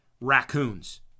raccoons